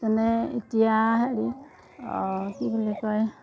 তেনে এতিয়া হেৰি কি বুলি কয়